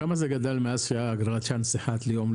בכמה זה גדל מאז שהייתה הגרלה אחת ביום,